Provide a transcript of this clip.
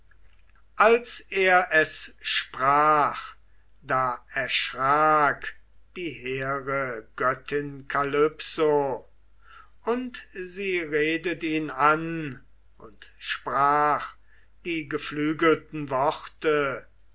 als er es sprach da erschrak die hehre göttin kalypso und sie redet ihn an und sprach die geflügelten worte